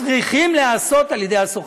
צריכות להיעשות על ידי הסוכנות?